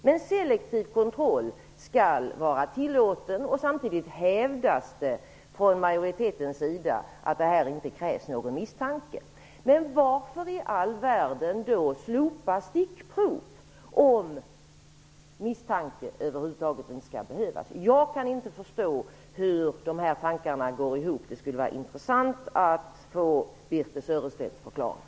Men selektiv kontroll skall vara tillåten, och samtidigt hävdas det från majoritetens sida att det där inte krävs någon misstanke. Men varför i all världen då slopa stickprov om misstanke över huvud taget inte skall behövas? Jag kan inte förstå hur dessa tankar går ihop. Det skulle vara intressant att få Birthe Sörestedts förklaring.